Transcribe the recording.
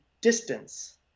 distance